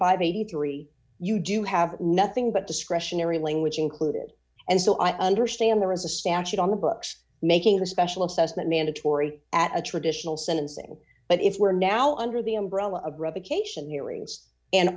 and eighty three you do have nothing but discretionary language included and so i understand there is a statute on the books making a special assessment mandatory at a traditional sentencing but if we're now under the ringback umbrella of revocation hearings and